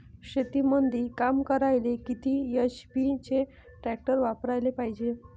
शेतीमंदी काम करायले किती एच.पी चे ट्रॅक्टर वापरायले पायजे?